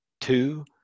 Two